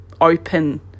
open